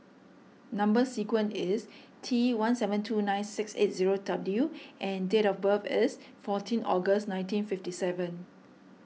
Number Sequence is T one seven two nine six eight zero W and date of birth is fourteen August nineteen fifty seven